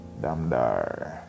damdar